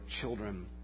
children